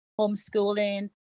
homeschooling